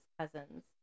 cousins